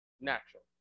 natural